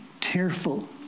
tearful